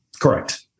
Correct